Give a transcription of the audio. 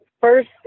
first